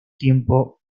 tiempo